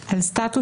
על השיח.